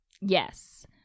yes